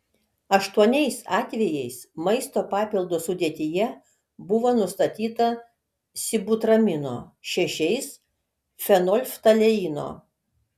aštuoniais atvejais maisto papildo sudėtyje buvo nustatyta sibutramino šešiais fenolftaleino